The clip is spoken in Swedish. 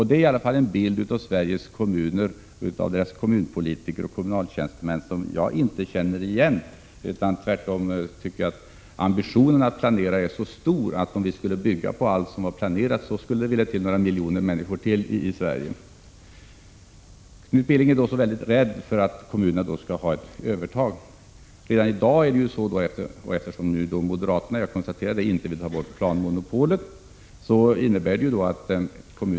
Det är en bild av Sveriges kommuner, deras kommunpolitiker och kommunaltjänstemän som jag inte känner igen. Jag tycker tvärtom att ambitionen att planera är så stor att om vi skulle bygga allt som var planerat, så skulle det behövas några miljoner människor till i Sverige. Knut Billing är mycket rädd för att kommunerna skulle ha ett övertag. Jag konstaterar att moderaterna inte vill ha bort planmonopolet.